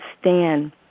stand